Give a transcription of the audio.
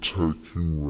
taking